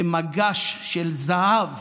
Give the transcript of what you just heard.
הם מגש של זהב